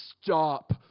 Stop